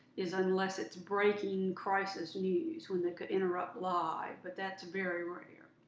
is unless it's breaking crisis news when they could interrupt live, but that's very rare.